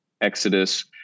Exodus